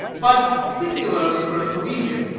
but, singularly for a collegian,